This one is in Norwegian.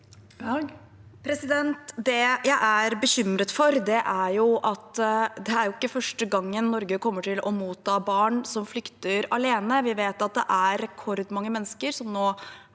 Det jeg er bekymret for, er at det ikke er første gang Norge kommer til å motta barn som flykter alene. Vi vet at det er rekordmange mennesker som nå